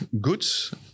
goods